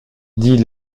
dit